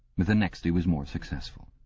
with the next he was more successful.